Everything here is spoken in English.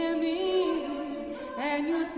and me and